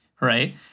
right